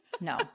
No